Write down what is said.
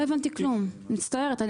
לא הבנתי כלום, מצטערת.